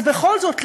אז בכל זאת,